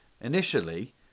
Initially